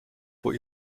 vor